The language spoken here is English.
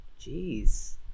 Jeez